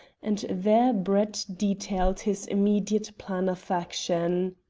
and there brett detailed his immediate plan of action.